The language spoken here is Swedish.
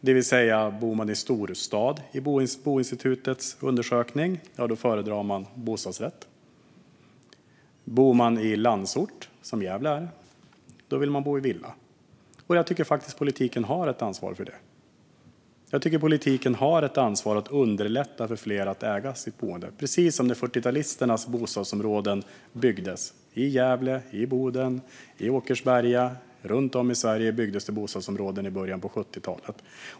Den som bor i storstad föredrar enligt Boinstitutets undersökning bostadsrätt, medan den som bor i landsort, som Gävle, vill bo i villa. Och jag tycker faktiskt att politiken har ett ansvar för detta. Jag tycker att politiken har ett ansvar att underlätta för fler att äga sitt boende, precis som man gjorde när 40-talisternas bostadsområden byggdes. I Gävle, i Boden och i Åkersberga - runt om i Sverige byggdes det bostadsområden i början av 70-talet.